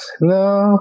No